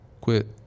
quit